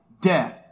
death